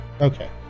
Okay